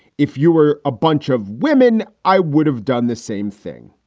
if you were a bunch of women, i would have done the same thing.